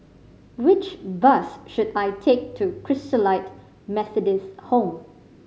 which bus should I take to Christalite Methodist Home